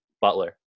Butler